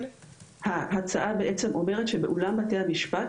ההצעה אומרת שבאולם בתי המשפט,